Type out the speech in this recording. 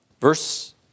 Verse